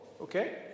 Okay